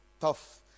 tough